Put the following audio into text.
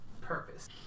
purpose